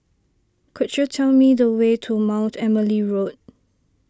could you tell me the way to Mount Emily Road